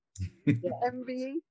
MBE